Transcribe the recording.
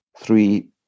three